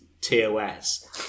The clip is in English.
TOS